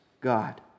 God